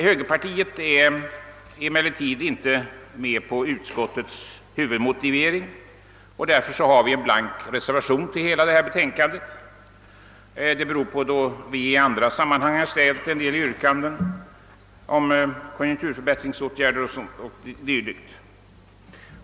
Högerpartiet är emellertid inte med på utskottsmajoritetens huvudmotivering, och därför har vi fogat en blank reservation till betänkandet. Det beror på att vi i andra sammanhang ställt en del yrkanden om konjunkturförbättringsåtgärder o.d.